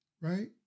right